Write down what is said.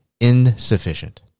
insufficient